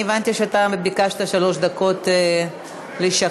אני הבנתי שביקשת שלוש דקות לשכנע.